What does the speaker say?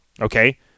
Okay